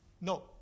No